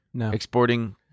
exporting